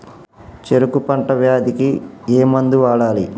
చెరుకు పంట వ్యాధి కి ఏ మందు వాడాలి?